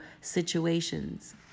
situations